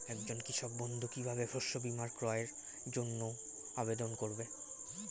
একজন কৃষক বন্ধু কিভাবে শস্য বীমার ক্রয়ের জন্যজন্য আবেদন করবে?